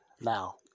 Now